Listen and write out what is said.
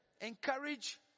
Encourage